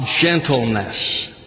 gentleness